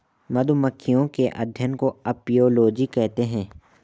मधुमक्खियों के अध्ययन को अपियोलोजी कहते हैं